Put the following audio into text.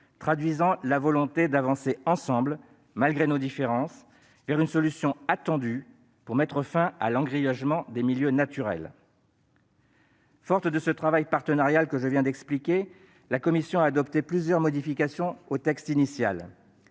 traduisant la volonté d'avancer ensemble, malgré nos différences, vers une solution attendue pour mettre fin à l'engrillagement des milieux naturels. Forte de ce travail en partenariat que je viens d'expliquer, la commission a adopté plusieurs modifications au texte initial.